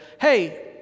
hey